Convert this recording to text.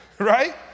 right